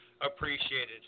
appreciated